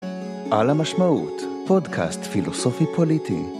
על המשמעות פודקאסט פילוסופי-פוליטי